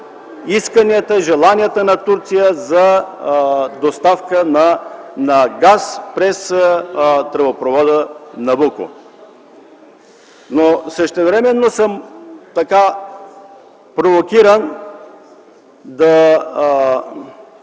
исканията и желанията на Турция за доставка на газ през тръбопровода „Набуко”. Същевременно съм провокиран да